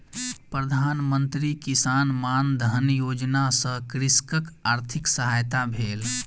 प्रधान मंत्री किसान मानधन योजना सॅ कृषकक आर्थिक सहायता भेल